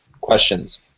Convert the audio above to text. questions